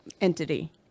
entity